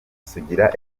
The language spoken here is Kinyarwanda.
sugira